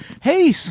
hey